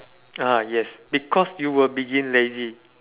ah yes because you were being lazy